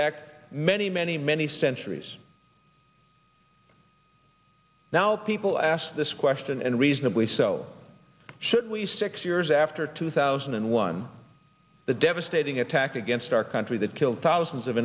back many many many centuries now people asked this question and reasonably so should we six years after two thousand and one the devastating attack against our country that killed thousands of